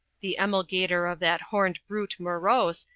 the emulgator of that horned brute morose,